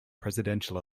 presidential